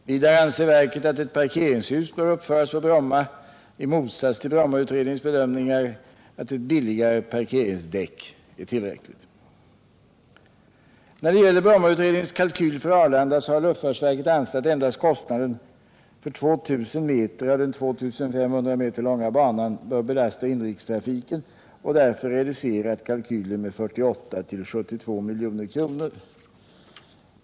Vidare anser verket att ett parkeringshus bör uppföras på Bromma i motsats till Brommautredningens bedömningar att ett billigare parkeringsdäck är tillräckligt. När det gäller Brommautredningens kalkyl för Arlanda har luftfartsverket ansett att endast kostnaden för 2000 m av den 2 500 m långa banan bör belasta inrikestrafiken och därför reducerat kalkylen med 48-72 milj.kr.